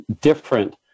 different